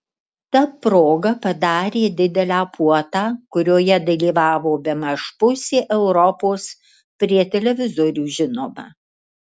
ta proga padarė didelę puotą kurioje dalyvavo bemaž pusė europos prie televizorių žinoma